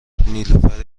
نیلوفر